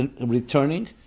returning